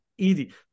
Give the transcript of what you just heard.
easy